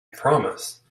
promise